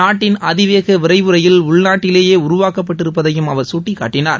நாட்டின் அதிவேக விரைவு ரயில் உள்நாட்டிலேயே உருவாக்கப்பட்டிருப்பதையும் அவர் சுட்டிக்காட்டினார்